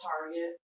Target